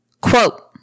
Quote